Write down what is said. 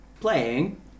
playing